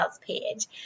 page